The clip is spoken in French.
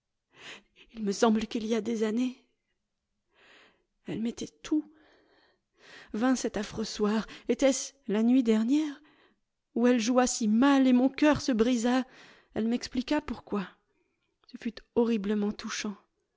il me semble qu'il y a des années elle m'était tout vint cet affreux soir était-ce la nuit dernière où elle joua si mal et mon cœur se brisa elle m'expliqua pourquoi ce fut horriblement touchant